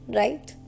right